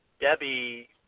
Debbie